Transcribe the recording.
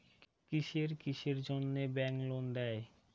কিসের কিসের জন্যে ব্যাংক লোন দেয়?